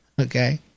Okay